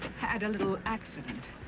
had a little accident.